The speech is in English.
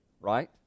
right